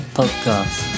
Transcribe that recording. podcast